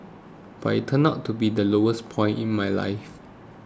but it turned out to be the lowest point in my life